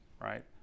Right